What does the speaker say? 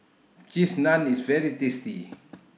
Cheese Naan IS very tasty